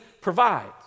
provides